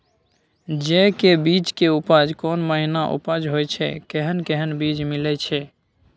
जेय के बीज के उपज कोन महीना उपज होय छै कैहन कैहन बीज मिलय छै?